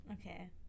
Okay